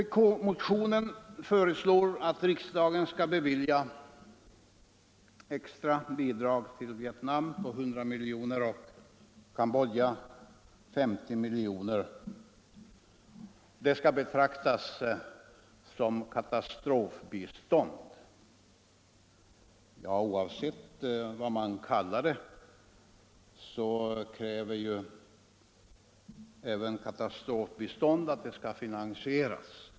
I vpk-motionen föreslås att riksdagen skall bevilja ett extra bidrag till Vietnam på 100 milj.kr. och till Cambodja på 50 miljoner och att detta skall betraktas såsom katastrofbistånd. Men oavsett vad man kallar det skall ju ändå katastrofbiståndet finansieras.